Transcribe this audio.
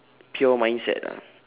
pure mindset ah